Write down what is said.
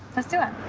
let's do it.